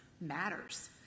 matters